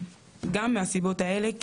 גם מהסיבות האלה,